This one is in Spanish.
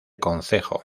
concejo